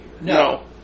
No